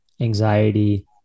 anxiety